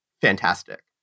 fantastic